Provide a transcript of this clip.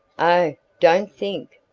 oh! don't think!